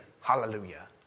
Hallelujah